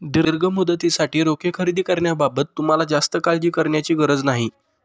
दीर्घ मुदतीसाठी रोखे खरेदी करण्याबाबत तुम्हाला जास्त काळजी करण्याची गरज नाही